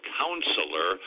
counselor